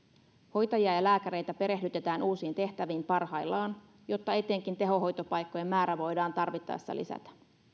hoitajia ja lääkäreitä perehdytetään uusiin tehtäviin parhaillaan jotta etenkin tehohoitopaikkojen määrää voidaan tarvittaessa lisätä